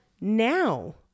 now